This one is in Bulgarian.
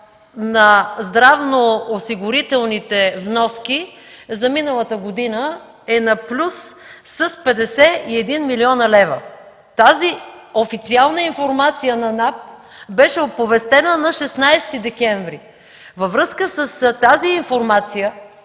на здравноосигурителните вноски за миналата година е на плюс с 51 милиона лева. Тази официална информация на НАП беше оповестена на 16 декември. Във връзка с тази информация